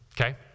okay